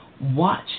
Watch